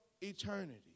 eternity